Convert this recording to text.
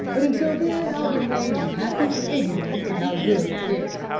but until then i'll remain in happy ignorance of how good it is.